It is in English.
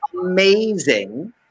amazing